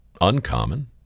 uncommon